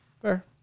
Fair